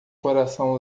coração